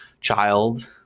child